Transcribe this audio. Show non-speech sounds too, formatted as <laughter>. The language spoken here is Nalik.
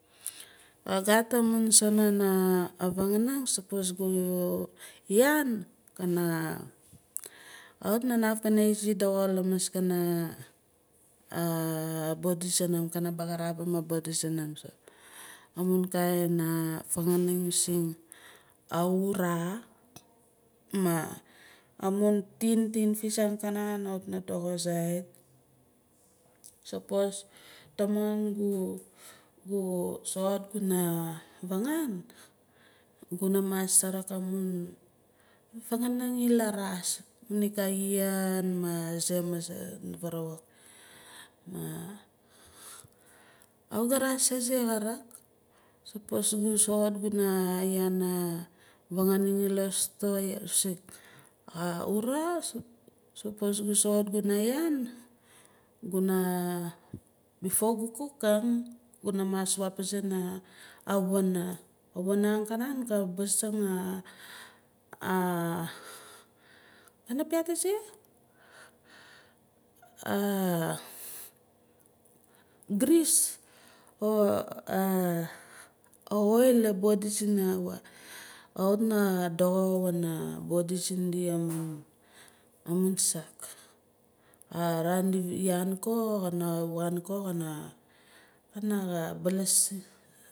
Ka gat a mun sangan afanganing sapos gu yaan kana kawit na naf kana izi doxo lamaskana <hesitation> a body sunum kana bagarapim a body sumum a mun kais fanganing masing awura ma amun tin tinfish arkanan kawit na doxo zait sapos tamon gu- gu soxot guna vangan guna mas araak amun fanganing i laa raas unig a iaan ma za ma za varawuk. Kawit ga rexas azexaraak sapos gu soxot guna yaan afanganing la store mising awura sapos gu soxot guna yaan guna before gu cookang guna mas wasizin axuna axuna angkanan ka behzing <hesitation> gana piaat aaxe <hesitation> gris o aa oil la body sina kawit na doxo wana body sindia amun saak. Araan di yaan ko kana wan ko kana baalas.